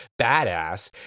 badass